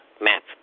map